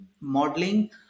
modeling